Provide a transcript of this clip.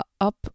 up